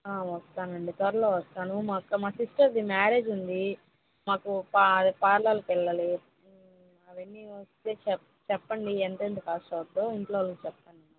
వస్తానండి పర్లేదు వస్తాను మాకు మా సిస్టర్ది మ్యారేజ్ ఉంది మాకు పా పార్లర్కి వెళ్ళాలి అవన్నీ వస్తే చె చెప్పండి ఎంతెంత కాస్ట్ అవుతుందో ఇంట్లోని చెప్తాను